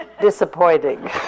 disappointing